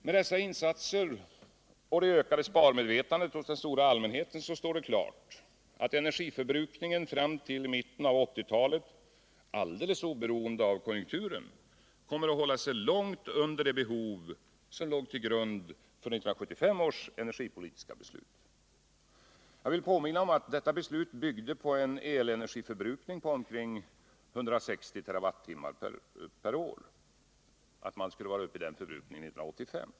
Med dessa insatser och det ökade sparmedvetandet hos den stora allmänheten står det klart att energiförbrukningen fram till i mitten av 1980 talet alldeles oberoende av konjunkturen kommer att hålla sig långt under det behov som låg till grund för 1975 års energipolitiska beslut. Jag vill påminna om att detta beslut byggde på en elenergiförbrukning på omkring 160 TWh per år från 1985.